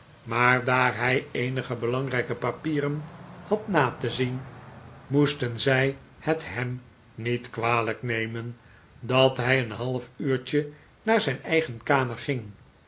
maar daar hij eenige belangrijke papieren had na te zien moesten zij het hem niet kwalijk nemen dat hij een half uurtje naar zijn eigen kamer ging